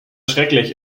schrecklich